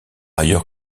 ailleurs